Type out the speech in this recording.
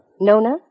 Nona